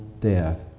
death